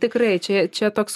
tikrai čia čia toks